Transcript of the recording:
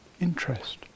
interest